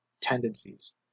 tendencies